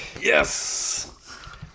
Yes